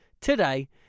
today